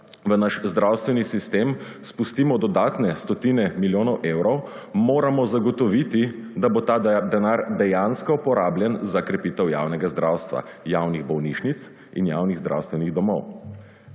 v naš zdravstveni sistem spustimo dodatne stotine milijonov evrov, moramo zagotoviti, da bo ta denar dejansko porabljen za krepitev javnega zdravstva, javnih bolnišnic in javnih zdravstvenih domov,